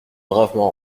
bravement